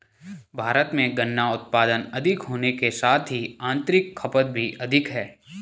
भारत में गन्ना उत्पादन अधिक होने के साथ ही आतंरिक खपत भी अधिक है